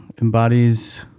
embodies